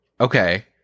okay